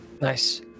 Nice